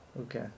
Okay